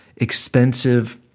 expensive